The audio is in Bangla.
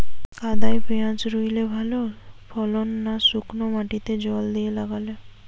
কাদায় পেঁয়াজ রুইলে ভালো ফলন না শুক্নো মাটিতে জল দিয়ে লাগালে?